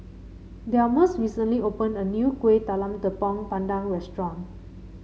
Delmus recently opened a new Kueh Talam Tepong Pandan Restaurant